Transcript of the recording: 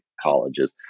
colleges